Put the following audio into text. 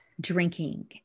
drinking